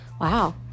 wow